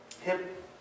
hip